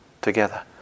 together